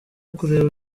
kureba